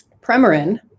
Premarin